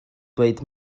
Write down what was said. dweud